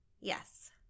Yes